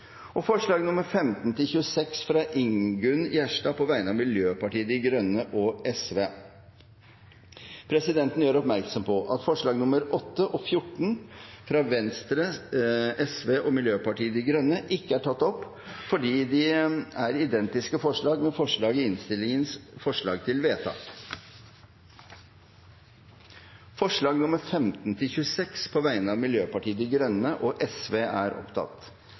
Venstre forslag nr. 27, fra Rigmor Andersen Eide på vegne av Kristelig Folkeparti forslagene nr. 15–26, fra Ingunn Gjerstad på vegne av Miljøpartiet De Grønne og Sosialistisk Venstreparti Presidenten gjør oppmerksom på at forslagene nr. 8 og 14, fra Venstre, Sosialistisk Venstreparti og Miljøpartiet De Grønne, ikke er tatt opp fordi de er identiske med forslag i innstillingens forslag til vedtak. Det voteres over forslagene nr. 15–26, fra Miljøpartiet De Grønne og